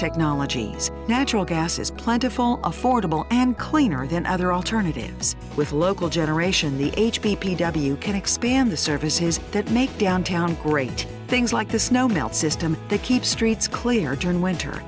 technologies natural gas is plentiful affordable and cleaner than other alternatives with local generation the h p p w can expand the services that make downtown great things like the snow melt system that keep streets clear during winter